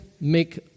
make